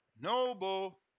Noble